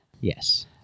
Yes